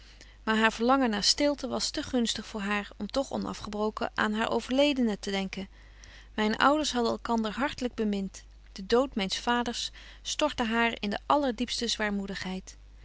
maar haar verlangen naar stilte was te gunstig voor haar om toch onafgebroken aan haar overledenen te denken myne ouders hadden elkander hartlyk bemint de dood myn's vaders stortte haar in de